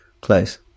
Close